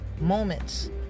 moments